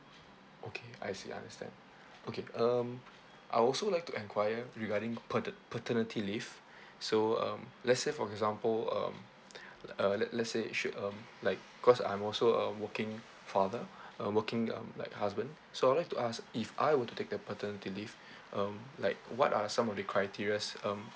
okay I see understand okay um I also like to enquire regarding pater~ paternity leave so um let's say for example um uh let let's say should um like cause I'm also a working father a working um like husband so I'd like to ask if I were to take the paternity leave um like what are some of the criteria um